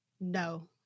No